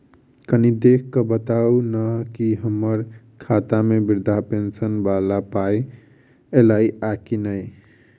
कनि देख कऽ बताऊ न की हम्मर खाता मे वृद्धा पेंशन वला पाई ऐलई आ की नहि?